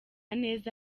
neza